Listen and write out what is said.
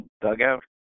dugout